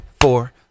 four